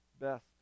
best